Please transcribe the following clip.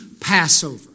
Passover